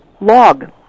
log